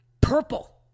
purple